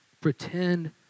Pretend